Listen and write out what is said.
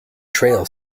trail